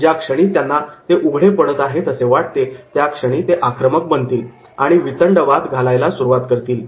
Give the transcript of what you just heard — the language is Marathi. ज्या क्षणी त्यांना ते उघडे पडत आहेत असे वाटते त्या क्षणी ते आक्रमक बनतील आणि वितंडवाद घालायला सुरुवात करतील